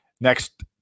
Next